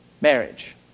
marriage